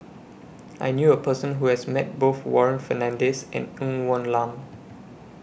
I knew A Person Who has Met Both Warren Fernandez and Ng Woon Lam